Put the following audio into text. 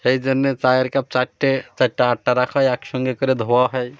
সেই জন্যে চায়ের কাপ চারটে চারটা আটটা রাখ হয় একসঙ্গে করে ধোয়া হয়